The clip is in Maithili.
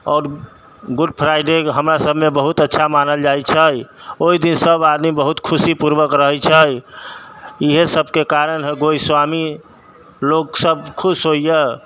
आओर गुड फ्राइडे के हमरा सबमे बहुत अच्छा मानल जाइ छै ओय दिन सब आदमी बहुत खुशी पूर्वक रहै छै इहे सबके कारण गोस्वामी लोकसब खुश होइए